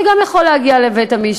זה גם יכול להגיע לבית-המשפט.